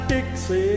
Dixie